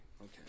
Okay